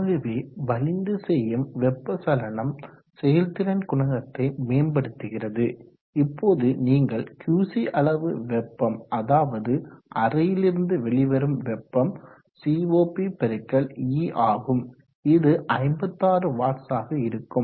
ஆகவே வலிந்து செய்யும் வெப்ப சலனம் செயல்திறன் குணகத்தை மேம்படுத்துகிறது இப்போது நீங்கள் QC அளவு வெப்பம் அதாவது அறையிலிருந்து வெளிவரும் வெப்பம் CoP×E ஆகும் இது 56 வாட்ஸ் ஆக இருக்கும்